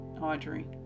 Audrey